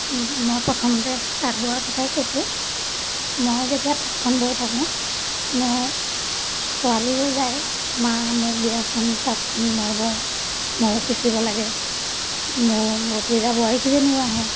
মই প্ৰথমতে তাঁত বোৱাৰ কথাই কৈছোঁ মই যেতিয়া তাঁতখন বৈ থাকোঁ মোৰ ছোৱালীও যায় মা মোক দিয়াচোন তাঁতখন মই বওঁ ময়ো শিকিব লাগে মোৰ ভতিজাবোৱাৰীকেইজনীও আহে